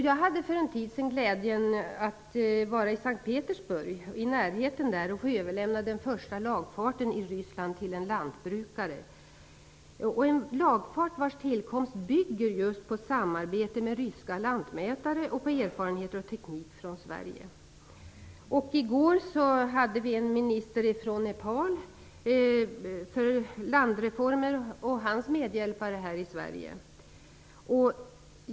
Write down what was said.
Jag hade för en tid sedan glädjen att vara i S:t Petersburg och få överlämna den första lagfarten i Ryssland till en lantbrukare, en lagfart vars tillkomst bygger på samarbete med ryska lantmätare och erfarenheter och teknik från I går hade vi på besök från Nepal ministern för landreformer och hans medhjälpare.